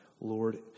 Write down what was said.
Lord